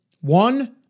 One